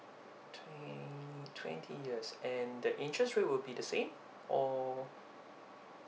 twen~ twenty years and the interest rate will be the same or